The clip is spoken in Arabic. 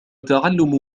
تعلم